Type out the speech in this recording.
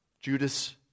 Judas